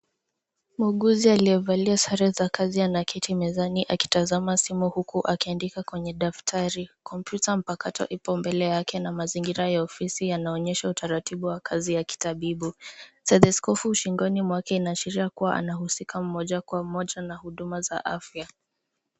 Muuguzi aliye valia sare za kazi anaketi mezani akitazama simu huku akiandika kwenye daftari. Kompyuta mpakato ipo mbele yake na mazingira ya ofisi yanaonyesha utaratibu wa kazi ya kitabibu stethescope shingoni mwake ina ashiria kuwa anahusika moja kwa moja na huduma za afya.